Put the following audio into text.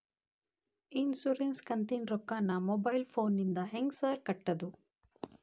Insurance ಕಂತಿನ ರೊಕ್ಕನಾ mobile ಫೋನಿಂದ ಹೆಂಗ್ ಸಾರ್ ಕಟ್ಟದು?